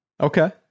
Okay